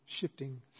shifting